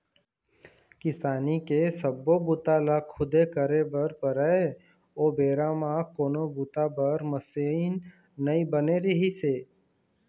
किसानी के सब्बो बूता ल खुदे करे बर परय ओ बेरा म कोनो बूता बर मसीन नइ बने रिहिस हे